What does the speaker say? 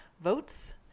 votes